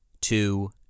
two